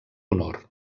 honor